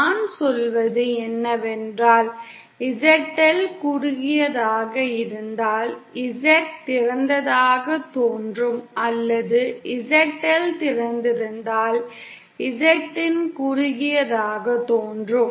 நான் சொல்வது என்னவென்றால் ZL குறுகியதாக இருந்தால் Z திறந்ததாகத் தோன்றும் அல்லது ZL திறந்திருந்தால் Z இன் குறுகியதாகத் தோன்றும்